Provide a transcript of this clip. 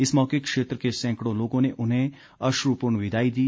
इस मौके क्षेत्र के सैंकड़ों लोगों ने उन्हें अश्रपूर्ण विदाई दी